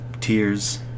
tears